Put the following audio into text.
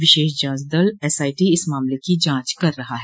विशेष जांच दल एसआईटी इस मामले की जांच कर रहा है